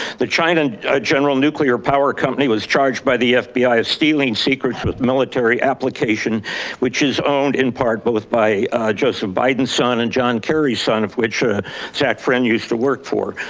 the china and ah general nuclear power company was charged by the fbi as stealing secrets with military application which is owned in part but by joseph biden's son and john kerry's son of which zach friend used to work for.